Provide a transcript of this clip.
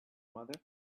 mother